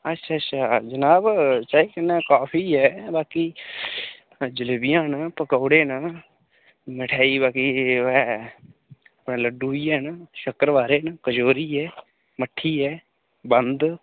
अच्छा अच्छा जनाब चाय कन्नै काफी ऐ बाकी जलेबियां न पकोड़े न मठाई बाकी ओह् ऐ लड्डू बी हैन शक्रवारे न कचोरी ऐ मट्ठी ऐ बंद